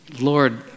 Lord